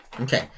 Okay